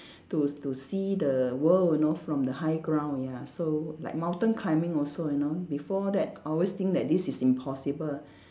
to to see the world you know from the high ground ya so like mountain climbing also you know before that always think that this is impossible